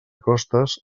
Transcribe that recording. costes